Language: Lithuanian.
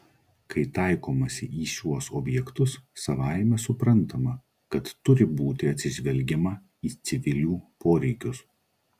kai taikomasi į šiuos objektus savaime suprantama kad turi būti atsižvelgiama į civilių poreikius